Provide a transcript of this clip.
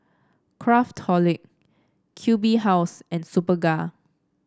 Craftholic Q B House and Superga